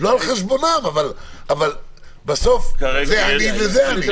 לא על חשבונם, אבל בסוף זה עני וזה עני.